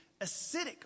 acidic